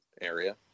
area